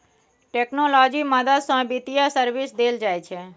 technology मदद सँ बित्तीय सर्विस देल जाइ छै